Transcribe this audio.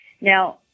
Now